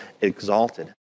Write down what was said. exalted